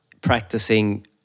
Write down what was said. practicing